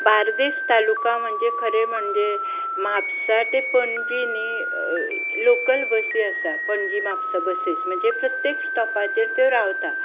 बार्देस तालुका म्हणजे खरें म्हणजे म्हापसा ते पणजी न्ही लोकल बसी आसा पणजी म्हापसा बसीस म्हणजे प्रत्येक स्टॉपाचेर त्यो रावता